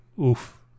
oof